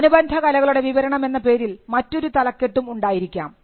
അനുബന്ധ കലകളുടെ വിവരണം എന്ന പേരിൽ മറ്റൊരു തലക്കെട്ടും ഉണ്ടായിരിക്കാം